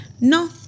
no